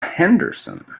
henderson